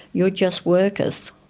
you're just workers.